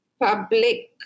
Public